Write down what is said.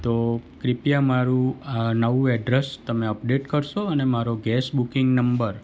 તો ક્રીપ્યા મારું આ નવું એડ્રેસ તમે અપડેટ કરશો અને મારો ગેસ બુકિંગ નંબર